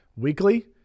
weekly